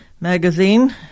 magazine